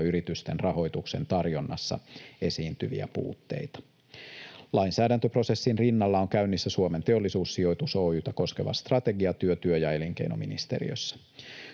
yritysten rahoituksen tarjonnassa esiintyviä puutteita. Lainsäädäntöprosessin rinnalla on käynnissä Suomen Teollisuussijoitus Oy:tä koskeva strategiatyö työ- ja elinkeinoministeriössä.